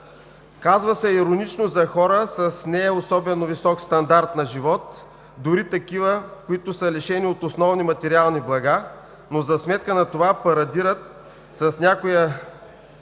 Казва се иронично за хора с неособено висок стандарт на живот, дори такива, които са лишени от основни материални блага, но за сметка на това парадират с някоя